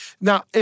Now